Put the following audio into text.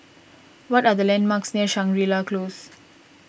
what are the landmarks near Shangri La Close